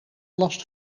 last